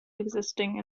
existing